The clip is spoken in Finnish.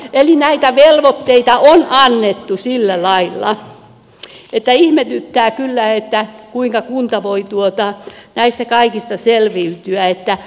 eli näitä velvoitteita on annettu sillä lailla että ihmetyttää kyllä kuinka kunta voi näistä kaikista selviytyä